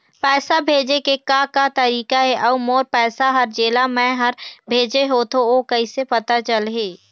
पैसा भेजे के का का तरीका हे अऊ मोर पैसा हर जेला मैं हर भेजे होथे ओ कैसे पता चलही?